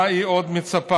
למה היא עוד מצפה?